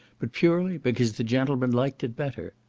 but purely because the gentlemen liked it better.